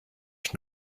ich